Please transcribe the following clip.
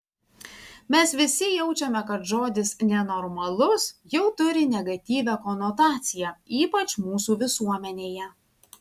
mes visi jaučiame kad žodis nenormalus jau turi negatyvią konotaciją ypač mūsų visuomenėje